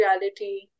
reality